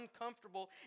uncomfortable